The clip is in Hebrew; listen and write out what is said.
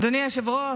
אדוני היושב-ראש,